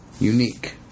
unique